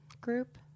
group